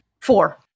Four